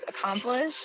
accomplished